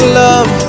love